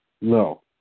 no